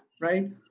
right